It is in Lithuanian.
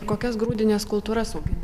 kokias grūdines kultūras augini